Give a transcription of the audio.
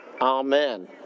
Amen